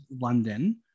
London